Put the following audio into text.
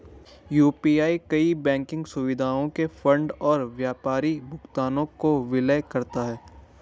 UPI कई banking सुविधाओं के फंड और व्यापारी भुगतानों को विलय करता है